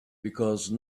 because